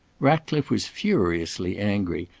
ratcliffe was furiously angry,